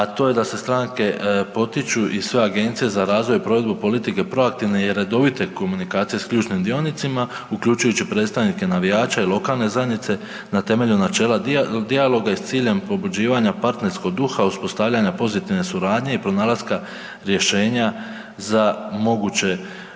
a to je da se stranke potiču i sve Agencije za razvoj i provedbu politike proaktivne i redovite komunikacije s ključnim dionicima uključujući i predstavnike navijača i lokalne zajednice na temelju načela dijaloga i s ciljem pobuđivanja partnerskog duha uspostavljanja pozitivne suradnje i pronalaska rješenja za moguće